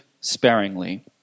sparingly